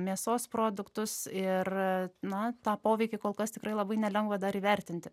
mėsos produktus ir na tą poveikį kol kas tikrai labai nelengva dar įvertinti